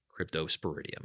cryptosporidium